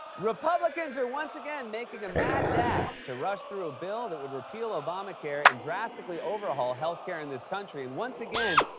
republicans are once again making a mad dash to rush through a bill that would repeal obamacare and drastically overhaul health care in this country. and once again,